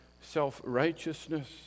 self-righteousness